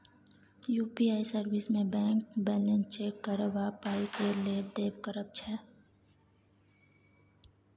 UPI service मे bank balance check करब आ पाइ केर लेब देब करब छै